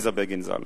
עליזה בגין ז"ל.